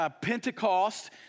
Pentecost